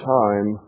time